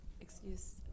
excuse